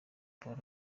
paul